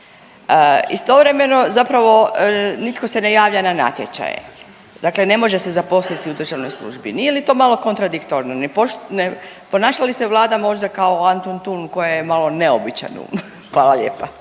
istovremeno zapravo nitko se ne javlja na natječaje, dakle ne može se zaposliti u državnoj službi, nije li to malo kontradiktorno, ne ponaša li se Vlada možda kao Antuntun kojem je malo neobičan um? Hvala lijepa.